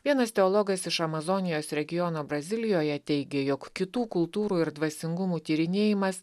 vienas teologas iš amazonijos regiono brazilijoje teigė jog kitų kultūrų ir dvasingumų tyrinėjimas